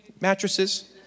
mattresses